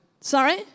Sorry